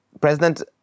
President